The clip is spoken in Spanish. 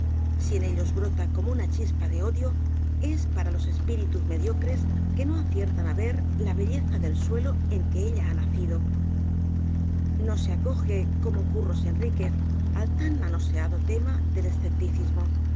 si en ellos brota como una chispa de odio es para los espíritus mediocres que no aciertan á ver la belleza del suelo en que ella ha nacido no se acoge como curros enríquez al tan manoseado tema del escepticismo